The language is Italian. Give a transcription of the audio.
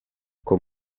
con